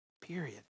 Period